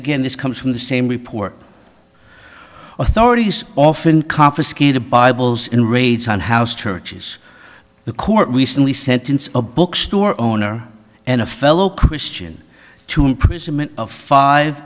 again this comes from the same report or thirty's often confiscated bibles in raids on house churches the court recently sentenced a bookstore owner and a fellow christian to imprisonment of five